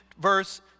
verse